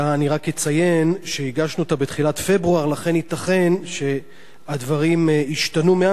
ואני רק אציין שהגשנו אותה בתחילת פברואר וייתכן שהדברים השתנו מאז.